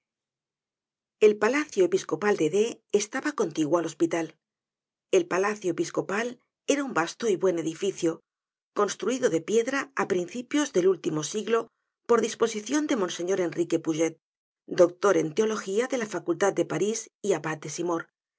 el palacio episcopal de d estaba contiguo al hospital el palacio episcopal era un vasto y buen edificio construido de piedra á principios del último siglo por disposicion de monseñor enrique puget doctor en teología de la facultad de parís y